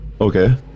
okay